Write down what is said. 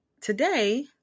today